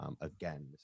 Again